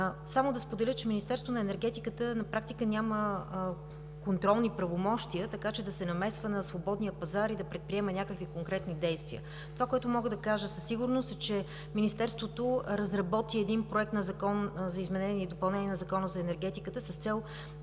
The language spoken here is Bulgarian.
Само да споделя, че Министерството на енергетиката на практика няма контролни правомощия, така че да се намесва на свободния пазар и да предприема някакви конкретни действия. Това, което мога да кажа със сигурност, е, че Министерството на енергетиката разработи един проект на Закон за изменение и допълнение на Закона за енергетиката с цел да